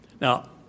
Now